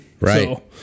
Right